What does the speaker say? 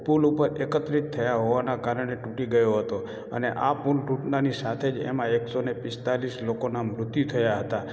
પુલ ઉપર એકત્રિત થયાં હોવાનાં કારણે ટુટી ગયો હતો અને આ પુલ તૂટતાંની સાથે જ એમાં એકસોને પીસ્તાળીસ લોકોનાં મૃત્યુ થયાં હતાં